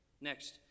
Next